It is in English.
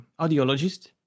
audiologist